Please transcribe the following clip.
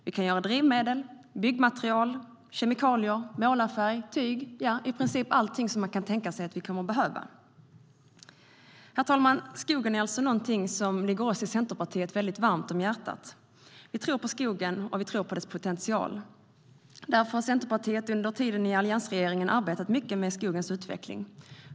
Vi kan göra drivmedel, byggmaterial, kemikalier, målarfärg, tyg - ja, i princip allt som man kan tänka sig att vi kommer att behöva. Herr talman! Skogen är något som ligger oss i Centerpartiet väldigt varmt om hjärtat. Vi tror på skogen och på dess potential. Därför har Centerpartiet under tiden i alliansregeringen arbetat mycket med skogens utveckling.